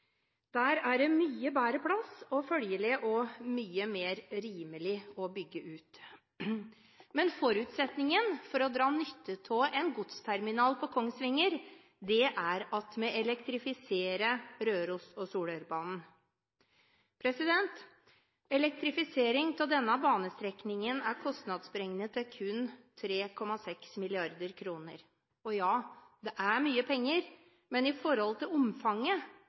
Der er det mye bedre plass, og følgelig også mye rimeligere å bygge ut. Men forutsetningen for å dra nytte av en godsterminal på Kongsvinger er at vi elektrifiserer Røros- og Solørbanen. Elektrifisering av denne banestrekningen er kostnadsberegnet til kun 3,6 mrd. kr. Ja, det er mye penger, men i forhold til omfanget